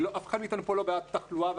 אף אחד מאיתנו פה לא בעד תחלואה.